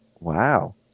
Wow